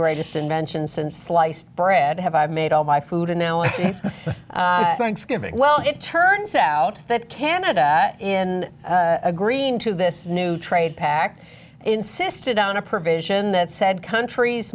greatest invention since sliced bread have i made all my food and now it thanksgiving well it turns out that canada in agreeing to this new trade pact insisted on a provision that said countries